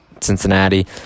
Cincinnati